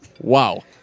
Wow